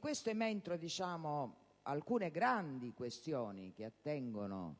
Questo, mentre alcune grandi questioni che attengono